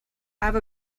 have